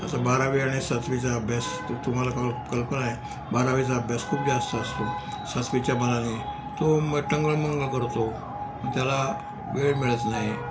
असं बारावी आणि सातवीचा अभ्यास तो तुम्हाला कल कल्पना आहे बारावीचा अभ्यास खूप जास्त असतो सातवीच्या मनाने तो मग टंगळ मंगळ करतो त्याला वेळ मिळत नाही